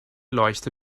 leuchte